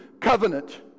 covenant